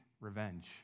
revenge